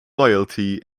loyalty